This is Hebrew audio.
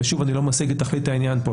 ושוב אני לא משיג את תכלית העניין פה,